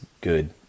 good